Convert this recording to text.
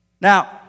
now